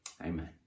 Amen